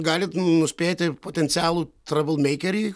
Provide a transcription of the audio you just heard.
galit nuspėti potencialų trablmeikerį